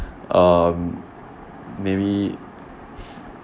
um maybe